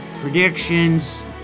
predictions